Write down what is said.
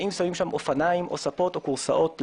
האם שמים שם אופניים או כורסאות או ספות.